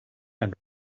and